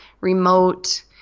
remote